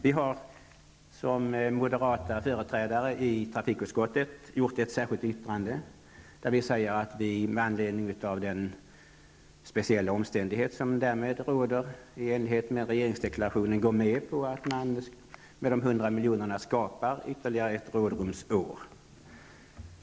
Vi har, som moderata företrädare i trafikutskottet, avgett ett särskilt yttrande där vi säger att vi med anledning av den speciella omständighet som därmed råder, i enlighet med regeringsdeklarationen, går med på att man med dessa 100 miljoner skapar ytterligare ett rådrumsår.